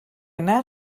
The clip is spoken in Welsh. yna